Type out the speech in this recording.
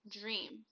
dream